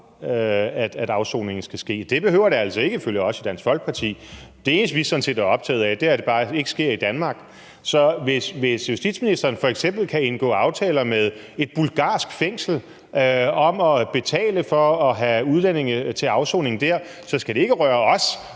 at afsoningen skal ske. Det behøver det altså ikke ifølge os i Dansk Folkeparti. Det eneste, vi sådan set er optaget af, er, at det bare ikke sker i Danmark. Så hvis justitsministeren f.eks. kan indgå aftaler med et bulgarsk fængsel om at betale for at have udlændinge til afsoning der, så skal det ikke røre os,